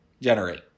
Generate